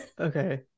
Okay